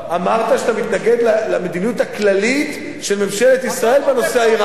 אמרת שאתה מתנגד למדיניות הכללית של ממשלת ישראל בנושא האירני.